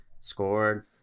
scored